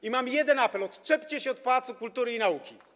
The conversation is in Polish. I mam jeden apel: Odczepcie się od Pałacu Kultury i Nauki.